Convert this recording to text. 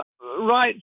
right